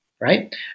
right